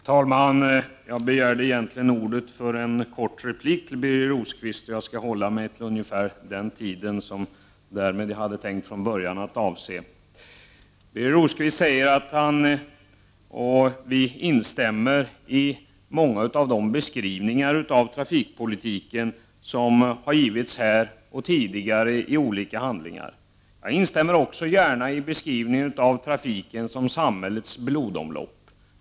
Herr talman! Jag begärde egentligen ordet för en kort replik till Birger Rosqvist, och jag skall hålla mig inom den tidsramen. Vi instämmer i många av de beskrivningar av trafikpolitiken som har givits här och tidigare i olika handlingar. Jag instämmer också gärna i beskrivningen av trafiken som samhällets blodomlopp.